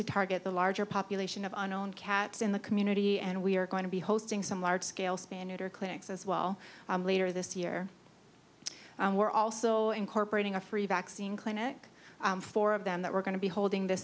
to target the larger population of unknown cats in the community and we are going to be hosting some large scale spaniard or clinics as well later this year we're also incorporating a free vaccine clinic four of them that we're going to be holding th